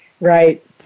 Right